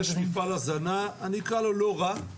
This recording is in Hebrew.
יש מוסד הזנה לא רע.